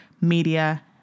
Media